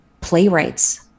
playwrights